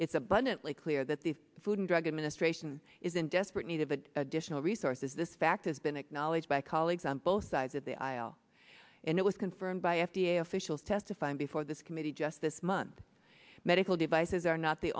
it's abundantly clear that the food and drug administration is in desperate need of an additional resources this fact has been acknowledged by colleagues on both sides the aisle and it was confirmed by f d a officials testifying before this committee just this month medical devices are not the